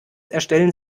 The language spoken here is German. erstellen